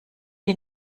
die